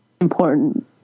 important